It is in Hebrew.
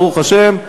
ברוך השם,